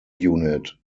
unit